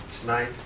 Tonight